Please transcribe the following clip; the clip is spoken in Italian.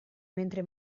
mentre